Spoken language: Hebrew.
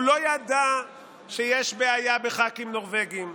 הוא לא ידע שיש בעיה בח"כים נורבגים.